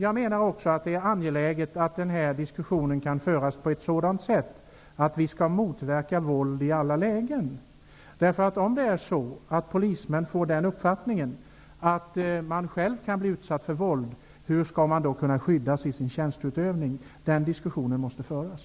Det är också angeläget att denna diskussion kan föras på ett sådant sätt att vi motverkar våld i alla lägen. Om polismän får den uppfattningen att de själva kan bli utsatta för våld, hur skall de då kunna skyddas i sin tjänsteutövning? Den diskussionen måste föras.